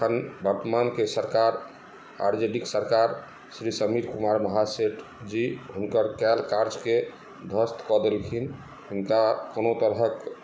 अखन वर्तमानके सरकार आर जे डी के सरकार श्री समीर कुमार महासेठ जी हुनकर कयल कार्जके ध्वस्त कऽ देलखिन हुनका कोनो तरहक